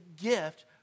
gift